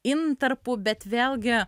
intarpų bet vėlgi